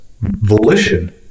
volition